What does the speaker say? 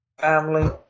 family